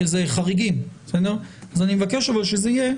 אני מבקש שזה יהיה.